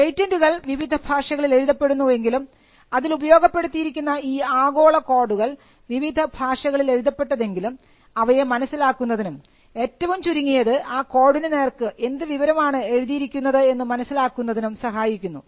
പേറ്റന്റുകൾ വിവിധ ഭാഷകളിൽ എഴുതപ്പെടുന്നു എങ്കിലും അതിൽ ഉപയോഗപ്പെടുത്തിയിരുന്ന ഈ ആഗോള കോഡുകൾ വിദേശ ഭാഷകളിൽ എഴുതപ്പെട്ടതെങ്കിലും അവയെ മനസ്സിലാക്കുന്നതിനും ഏറ്റവും ചുരുങ്ങിയത് ആ കോഡിനു നേർക്ക് എന്ത് വിവരം ആണ് എഴുതിയിരിക്കുന്നത് എന്ന് മനസ്സിലാക്കുന്നതിനും സഹായിക്കുന്നു